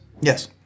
Yes